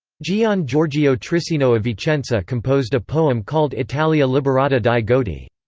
gian giorgio trissino of vicenza composed a poem called italia liberata dai goti.